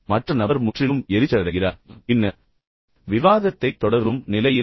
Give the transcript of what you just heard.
மற்ற நபர் முற்றிலும் தள்ளி வைக்கப்படுகிறார் பின்னர் விவாதத்தைத் தொடரும் நிலையில் இல்லை